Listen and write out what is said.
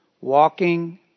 Walking